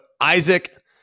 Isaac